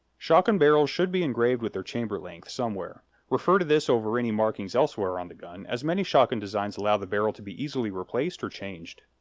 shotgun barrels should be engraved with their chamber length, somewhere refer to this over any markings elsewhere on the gun, as many shotgun designs allow the barrel to be easily replaced or changed.